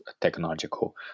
technological